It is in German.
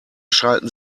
schalten